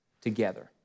together